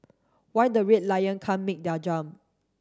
why the Red Lion can't make their jump